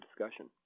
discussion